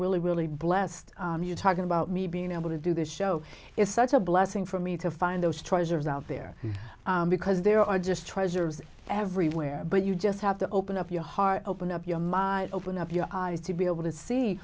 really really blessed you talking about me being able to do this show is such a blessing for me to find those treasures out there because there are just treasures everywhere but you just have to open up your heart open up your mind open up your eyes to be able to see